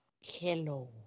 Hello